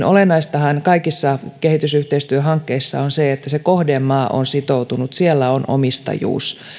olennaistahan kaikissa kehitysyhteistyöhankkeissa on se että se kohdemaa on sitoutunut siellä on omistajuus